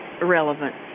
irrelevant